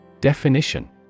Definition